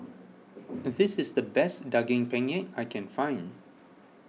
this is the best Daging Penyet I can find